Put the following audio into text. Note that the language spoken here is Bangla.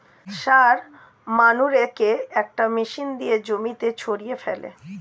সার মানুরেকে একটা মেশিন দিয়ে জমিতে ছড়িয়ে ফেলে